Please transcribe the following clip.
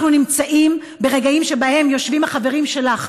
אנחנו נמצאים ברגעים שבהם יושבים החברים שלך,